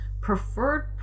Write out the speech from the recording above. preferred